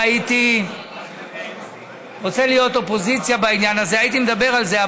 אם הייתי רוצה להיות אופוזיציה בעניין הזה הייתי מדבר על זה.